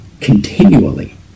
continually